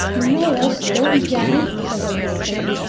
you know us, don't you, johnny said the little clerk,